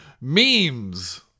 memes